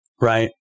right